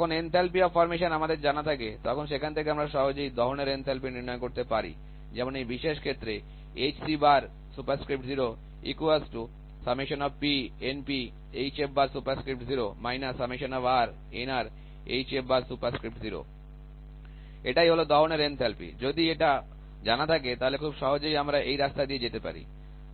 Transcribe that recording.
যখন enthalpy of formation আমাদের জানা থাকে তখন সেখান থেকে আমরা সহজেই দহনের এনথালপি নির্ণয় করতে পারি যেমন এই বিশেষ ক্ষেত্রে এটাই হলো দহনের এনথালপি যদি এটা জানা থাকে তাহলে খুব সহজেই আমরা এই রাস্তা দিয়ে যেতে পারি